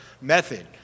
method